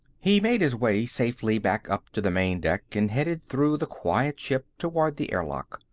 he made his way safely back up to the main deck and headed through the quiet ship toward the airlock.